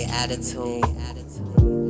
attitude